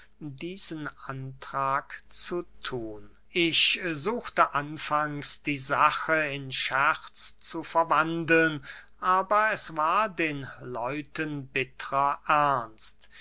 diesen antrag zu thun ich suchte anfangs die sache in scherz zu verwandeln aber es war den leuten bittrer ernst